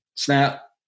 Snap